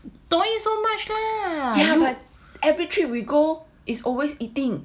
but every trip we go is always eating